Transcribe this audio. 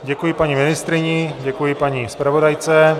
Děkuji paní ministryni, děkuji paní zpravodajce.